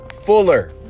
fuller